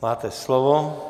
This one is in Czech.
Máte slovo.